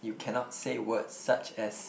you cannot say words such as